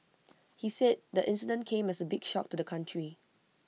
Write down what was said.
he said the incident came as A big shock to the country